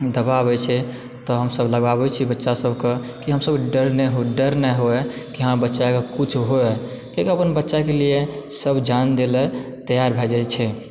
दवा आबै छै त हमसब लगाबै छियै बच्चा सबके की हमसब डर नहि हो डर नहि होवए की हमरा बच्चा के किछु होवए कियाकि अपन बच्चा के लिए सब जान दैलए तैयार भए जाइ छै